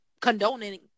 condoning